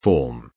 form